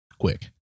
quick